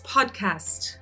Podcast